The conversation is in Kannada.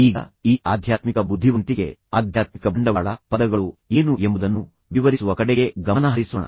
ಈಗ ಈ ಆಧ್ಯಾತ್ಮಿಕ ಬುದ್ಧಿವಂತಿಕೆ ಆಧ್ಯಾತ್ಮಿಕ ಬಂಡವಾಳ ಪದಗಳು ಏನು ಎಂಬುದನ್ನು ವಿವರಿಸುವ ಕಡೆಗೆ ಗಮನಹರಿಸೋಣ